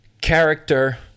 character